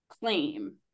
claim